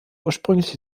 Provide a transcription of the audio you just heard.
ursprünglich